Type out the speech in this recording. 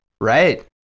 Right